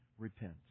Repent